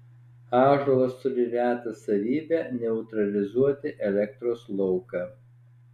ąžuolas turi retą savybę neutralizuoti elektros lauką